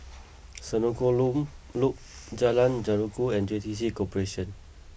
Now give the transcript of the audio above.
Senoko Loop Loop Jalan Jeruju and J T C Corporation